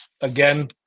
again